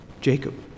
Jacob